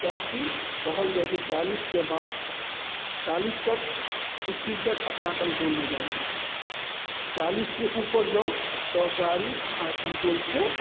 किएक कि कहल जाइ छै चालीसके बाद चालीस तक स्पीड तक अपना कंट्रोलमे बाइक रहय छै चालीससँ उपर जाउ तऽ गाड़ी अहाँके कंट्रोलसँ